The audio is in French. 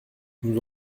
nous